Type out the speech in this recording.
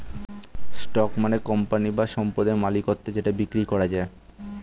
stock মানে company বা সম্পদের মালিকত্ব যেটা বিক্রি করা যায়